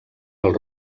els